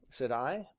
said i.